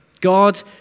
God